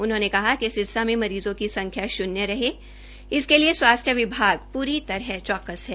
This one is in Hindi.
उन्होंने कहा कि सिरसा में मरीज़ों की संख्या शून्य रहे इसके लिए स्वास्थ्य विभाग पूरी तरह चौकस है